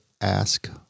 ask